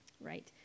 Right